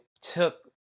took